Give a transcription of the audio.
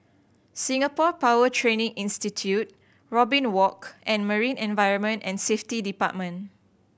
Singapore Power Training Institute Robin Walk and Marine Environment and Safety Department